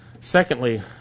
Secondly